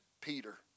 Peter